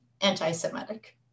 anti-Semitic